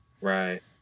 right